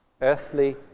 Earthly